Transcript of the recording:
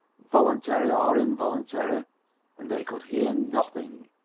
voluntary or involuntary and they could hear nothing.